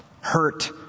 hurt